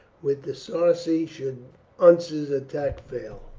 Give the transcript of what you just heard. with the sarci should unser's attack fail.